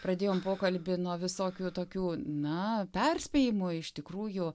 pradėjom pokalbį nuo visokių tokių na perspėjimų iš tikrųjų